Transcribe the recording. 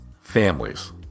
families